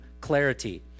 clarity